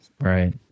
Right